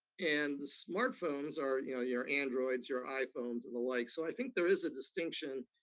and the smart phones are you know your androids, your iphones, and the like. so i think there is a distinction.